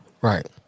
right